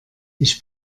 ich